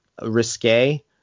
risque